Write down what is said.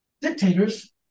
dictators